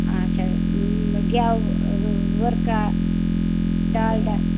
آچھا گٮ۪و ؤرکا ڈالڈا